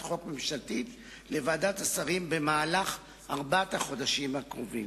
חוק ממשלתית לוועדת השרים במהלך ארבעת החודשים הקרובים.